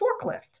forklift